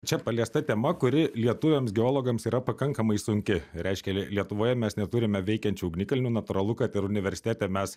čia paliesta tema kuri lietuviams geologams yra pakankamai sunki reiškia lie lietuvoje mes neturime veikiančių ugnikalnių natūralu kad ir universitete mes